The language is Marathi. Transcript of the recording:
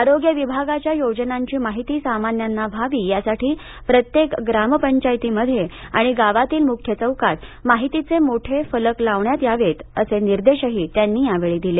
आरोग्य विभागाच्या योजनांची माहिती सामान्यांना व्हावी यासाठी प्रत्येक ग्रामपंचायतीमध्ये आणि गावातील मुख्य चौकात माहितीचे मोठे फलक लावण्यात यावेत असे निर्देशही त्यांनी यावेळी दिले